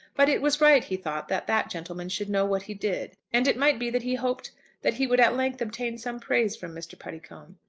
but it was right, he thought, that that gentleman should know what he did and it might be that he hoped that he would at length obtain some praise from mr. puddicombe.